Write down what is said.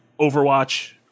Overwatch